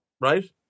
right